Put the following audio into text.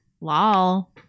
Lol